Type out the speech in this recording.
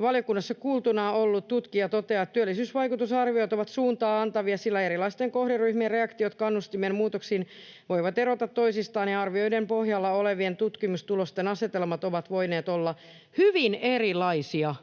Valiokunnassa kuultuna ollut tutkija toteaa, että työllisyysvaikutusarviot ovat suuntaa antavia, sillä erilaisten kohderyhmien reaktiot kannustimen muutoksiin voivat erota toisistaan ja arvioiden pohjalla olevien tutkimustulosten asetelmat ovat voineet olla hyvin erilaisia